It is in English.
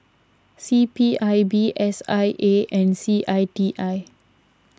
C P I B S I A and C I T I